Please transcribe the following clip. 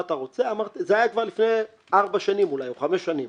זה היה כבר לפני ארבע או חמש שנים